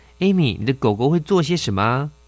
Amy,你的狗狗会做些什么